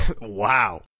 Wow